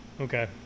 okay